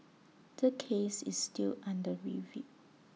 the case is still under review